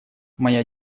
моя